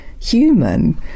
human